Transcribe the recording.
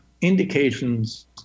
indications